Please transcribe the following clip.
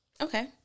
Okay